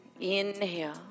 inhale